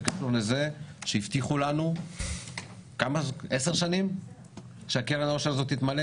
זה קשור לזה שהבטיחו לנו עשר שנים שקרן העושר תתמלא,